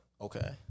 Okay